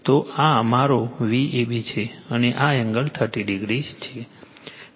તો આ મારો Vab છે અને આ એંગલ 30o છે